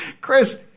Chris